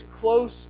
close